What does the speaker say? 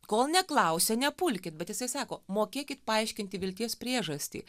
kol neklausia nepulkit bet jisai sako mokėkit paaiškinti vilties priežastį